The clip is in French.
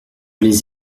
les